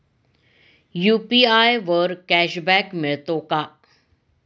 UPI वर cashback मिळतो का?